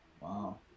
Wow